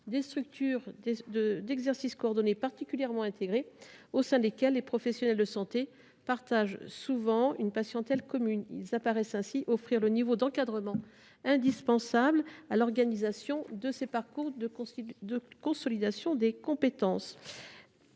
des structures d’exercice coordonné particulièrement intégrées, au sein desquelles les professionnels de santé partagent souvent une patientèle commune. Ils paraissent ainsi offrir le niveau d’encadrement indispensable à l’organisation de ces parcours de consolidation des compétences.